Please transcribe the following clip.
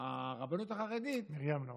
הרבנות החרדית, מרים נאור.